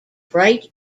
bright